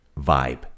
vibe